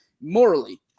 morally